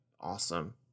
Awesome